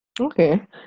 Okay